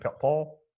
Paul